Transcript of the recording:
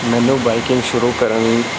ਮੈਨੂੰ ਬਾਈਕਿੰਗ ਸ਼ੁਰੂ ਕਰਨ